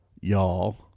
y'all